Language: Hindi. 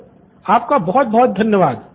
स्टूडेंट 1 आपका बहुत बहुत धन्यवाद